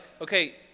okay